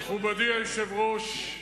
מכובדי היושב-ראש,